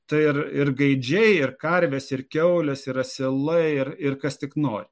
tai ir ir gaidžiai ir karvės ir kiaulės ir asilai ir ir kas tik nori